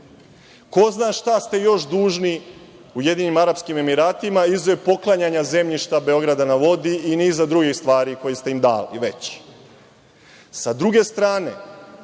Ko zna šta ste još dužni Ujedinjenim Arapskim emiratima, izuzev poklanjanja zemljišta „Beograd na vodi“ i niza drugih stvari koje ste im dali? Sa druge strane,